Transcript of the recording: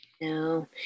No